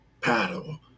paddle